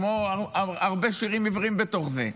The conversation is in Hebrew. כמו הרבה שירים עבריים בתוך זה.